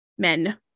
Men